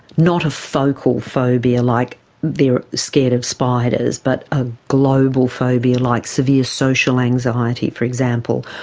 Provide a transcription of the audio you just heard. not a focal phobia like they are scared of spiders, but a global phobia like severe social anxiety, for example,